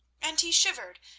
and he shivered,